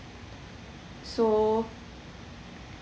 so